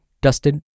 dusted